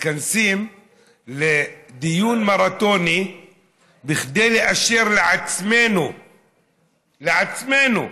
מתכנסים לדיון מרתוני כדי לאשר לעצמנו, לעצמנו,